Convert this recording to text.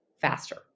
faster